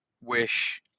wish